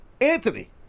Anthony